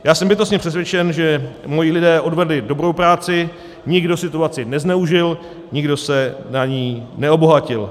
Já jsem bytostně přesvědčen, že moji lidé odvedli dobrou práci, nikdo situaci nezneužil, nikdo se na ní neobohatil.